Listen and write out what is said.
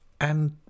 and